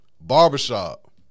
Barbershop